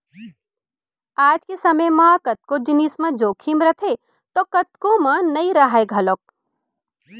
आज के समे म कतको जिनिस म जोखिम रथे तौ कतको म नइ राहय घलौक